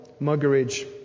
muggeridge